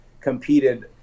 competed